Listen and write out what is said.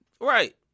Right